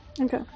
Okay